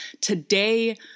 Today